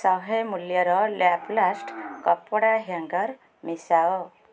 ଶହେ ମୂଲ୍ୟର ଲ୍ୟାପ୍ଲାଷ୍ଟ୍ କପଡ଼ା ହ୍ୟାଙ୍ଗର୍ ମିଶାଅ